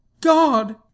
God